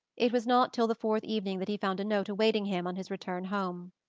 it was not till the fourth evening that he found a note awaiting him on his return home.